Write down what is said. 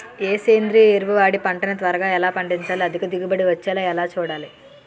ఏ సేంద్రీయ ఎరువు వాడి పంట ని త్వరగా ఎలా పండించాలి? అధిక దిగుబడి వచ్చేలా ఎలా చూడాలి?